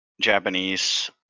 Japanese